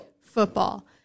football